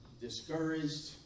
discouraged